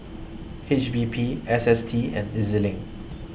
H P B S S T and E Z LINK